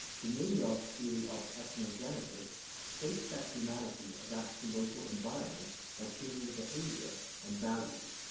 gumilev's theory of ethnogenesis states that humanity adapts to local environments by changing behavior and values.